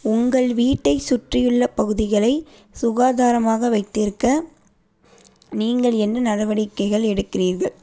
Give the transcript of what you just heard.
உங்கள் வீட்டை சுற்றியுள்ள பகுதிகளை சுகாதாரமாக வைத்திருக்க நீங்கள் என்ன நடவடிக்கைகள் எடுக்கிறீர்கள்